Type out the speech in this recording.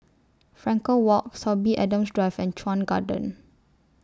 Frankel Walk Sorby Adams Drive and Chuan Garden